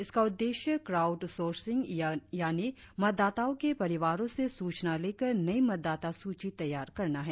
इस का उद्देश्य क्राउड सोर्सिंग यानी मतदाताओं के परिवारों से सूचना लेकर नई मतदाता सूची तैयार करना है